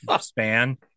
span